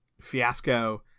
Fiasco